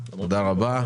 תודה רבה.